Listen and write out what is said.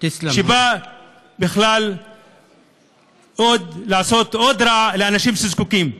שבא בכלל לעשות עוד רע לאנשים שזקוקים.